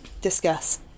discuss